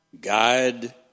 guide